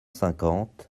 cinquante